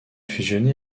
fusionné